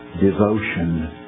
devotion